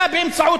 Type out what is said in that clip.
אתה,